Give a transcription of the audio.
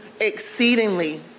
exceedingly